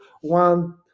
one